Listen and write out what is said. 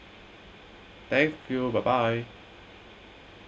thank you bye bye